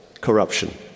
corruption